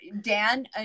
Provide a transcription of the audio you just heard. Dan